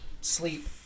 sleep